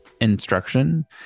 instruction